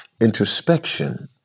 introspection